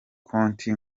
konti